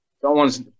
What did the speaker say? someone's